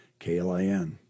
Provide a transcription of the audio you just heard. KLIN